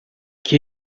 qui